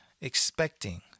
expecting